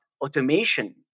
automation